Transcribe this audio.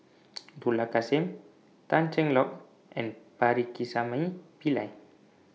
Dollah Kassim Tan Cheng Lock and Pakirisamy Pillai